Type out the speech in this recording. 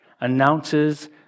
announces